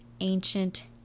ancient